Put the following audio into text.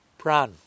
pran